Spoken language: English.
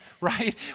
right